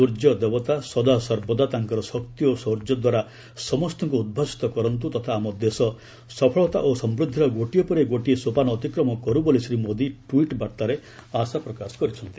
ସ୍ୱର୍ଯ୍ୟଦେବତା ସଦାସର୍ବଦା ତାଙ୍କର ଶକ୍ତି ଓ ଶୌର୍ଯ୍ୟଦ୍ୱାରା ସମସ୍ତଙ୍କୁ ଉଦ୍ଭାସିତ କରନ୍ତୁ ତଥା ଆମ ଦେଶ ସଫଳତା ଓ ସମୃଦ୍ଧିର ଗୋଟିଏ ପରେ ଗୋଟିଏ ସୋପାନ ଅତିକ୍ରମ କରୁ ବୋଲି ଶ୍ରୀ ମୋଦି ଟ୍ୱିଟ୍ ବାର୍ତ୍ତାରେ ଆଶା ପ୍ରକାଶ କରିଛନ୍ତି